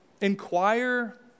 inquire